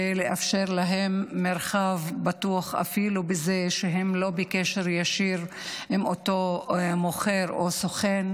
לאפשר להם מרחב בטוח אפילו בזה שהם לא בקשר ישיר עם אותו מוכר או סוכן,